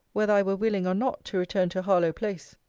whether i were willing or not to return to harlowe-place!